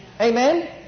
Amen